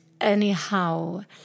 Anyhow